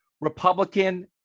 Republican